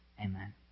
Amen